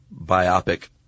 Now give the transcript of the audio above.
biopic